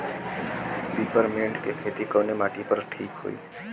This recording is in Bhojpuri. पिपरमेंट के खेती कवने माटी पे ठीक होई?